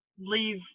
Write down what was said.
leave